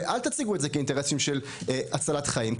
ואל תציגו את זה כאינטרסים של הצלת חיים,